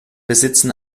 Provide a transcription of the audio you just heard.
besitzen